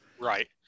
right